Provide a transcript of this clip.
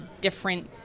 different